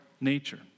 nature